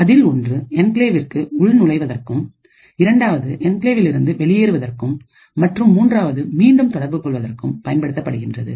அதில் ஒன்று என்கிளேவிற்கு உள் நுழைவதற்கும் இரண்டாவது என்கிளேவிலிருந்து வெளியேற்றுவதற்கும் மற்றும் மூன்றாவது மீண்டும் தொடர்வதற்கும் பயன்படுத்தப்படுகின்றது